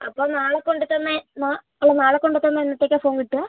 അപ്പം നാളെ കൊണ്ടത്തന്നാൽ അത് നാളെ കൊണ്ടത്തന്നാൽ എന്നത്തേക്കാണ് ഫോൺ കിട്ടുക